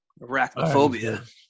Arachnophobia